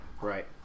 Right